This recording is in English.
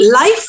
life